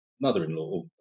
mother-in-law